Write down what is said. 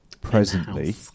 presently